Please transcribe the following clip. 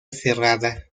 cerrada